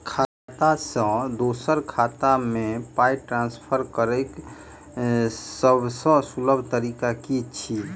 खाता सँ दोसर खाता मे पाई ट्रान्सफर करैक सभसँ सुलभ तरीका की छी?